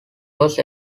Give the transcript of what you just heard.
was